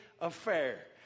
affair